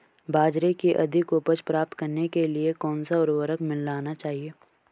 बाजरे की अधिक उपज प्राप्त करने के लिए कौनसा उर्वरक मिलाना चाहिए?